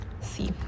See